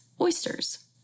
oysters